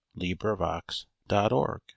LibriVox.org